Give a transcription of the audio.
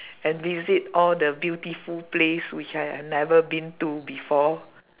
and visit all the beautiful place which I have never been to before